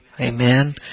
Amen